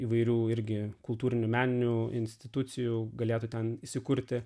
įvairių irgi kultūrinių meninių institucijų galėtų ten įsikurti